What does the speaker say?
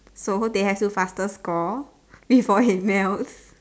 so they have to faster score before it melts